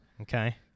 Okay